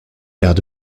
erde